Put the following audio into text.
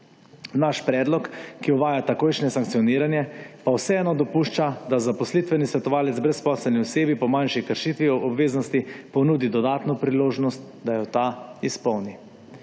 Naš predlog, ki uvaja takojšnje sankcioniranje, pa vseeno dopušča, da zaposlitveni svetovalec brezposelni osebi po manjši kršitvi obveznosti ponudi dodatno priložnost, da jo ta izpolni.